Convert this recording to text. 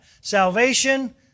Salvation